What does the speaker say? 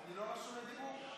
אני לא רשום לדיבור?